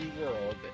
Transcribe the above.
world